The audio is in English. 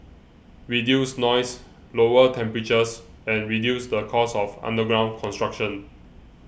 reduce noise lower temperatures and reduce the cost of underground construction